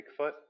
Bigfoot